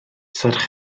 serch